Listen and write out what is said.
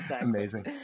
Amazing